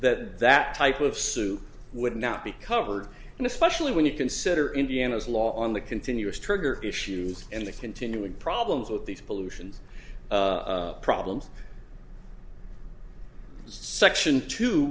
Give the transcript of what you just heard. that that type of suit would not be covered and especially when you consider indiana's law on the continuous trigger issues and the continuing problems with these pollutions problems section t